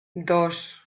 dos